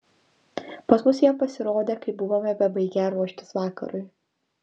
pas mus jie pasirodė kai buvome bebaigią ruoštis vakarui